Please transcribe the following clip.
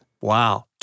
Wow